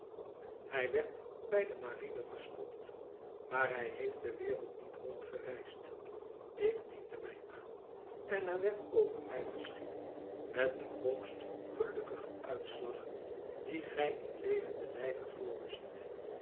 hij werd bij de marine gestopt maar hij heeft de wereld niet rondgereisd ik diende mij aan en er werd over mij beschikt met den hoogstgelukkigen uitslag dien gij in levenden lijve voor u ziet